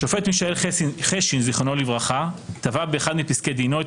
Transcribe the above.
השופט מישאל חשין ז"ל טבע באחד מפסקי דינו את